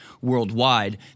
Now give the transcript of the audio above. worldwide